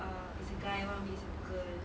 uh is a guy one is a girl